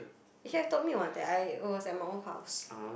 you have told me one that I was at my own house